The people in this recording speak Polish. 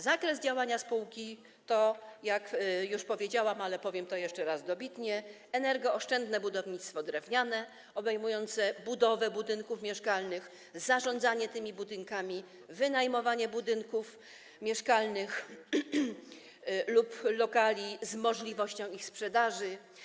Zakres działania spółki to, jak już powiedziałam, ale powiem to jeszcze raz dobitnie, energooszczędne budownictwo drewniane obejmujące budowę budynków mieszkalnych, zarządzanie tymi budynkami, wynajmowanie budynków mieszkalnych lub lokali z możliwością ich sprzedaży.